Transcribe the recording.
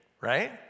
right